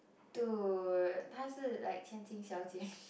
dude ta shi like qian jin xiao-jie